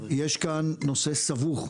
יש כאן נושא סבוך.